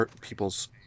people's